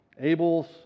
Abel's